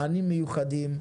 מענים מיוחדים.